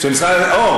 אה,